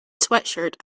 sweatshirt